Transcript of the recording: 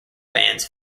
bands